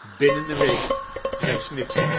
blnnen eene week zed